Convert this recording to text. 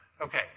Okay